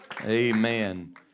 Amen